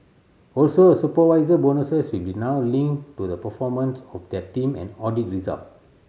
also supervisor bonuses will be now linked to the performance of their team and audit result